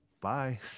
bye